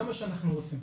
זה מה שאנחנו רוצים.